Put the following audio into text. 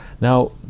Now